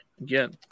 Again